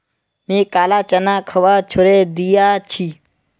मी काला चना खवा छोड़े दिया छी